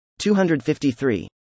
253